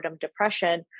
depression